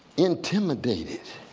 intimidated.